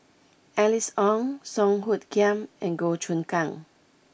Alice Ong Song Hoot Kiam and Goh Choon Kang